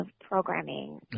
programming